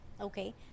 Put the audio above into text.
Okay